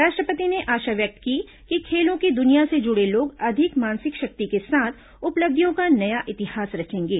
राष्ट्र पति ने आशा व्यक्त की कि खेलों की दुनिया से जुड़े लोग अधिक मानसिक शक्ति के साथ उपलब्धियों का नया इतिहास रचेंगे